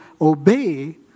obey